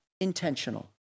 intentional